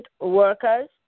workers